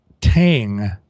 Tang